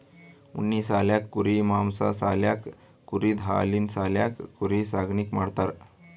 ಉಣ್ಣಿ ಸಾಲ್ಯಾಕ್ ಕುರಿ ಮಾಂಸಾ ಸಾಲ್ಯಾಕ್ ಕುರಿದ್ ಹಾಲಿನ್ ಸಾಲ್ಯಾಕ್ ಕುರಿ ಸಾಕಾಣಿಕೆ ಮಾಡ್ತಾರಾ